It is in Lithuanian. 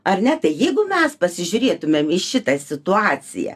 ar ne tai jeigu mes pasižiūrėtumėm į šitą situaciją